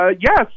Yes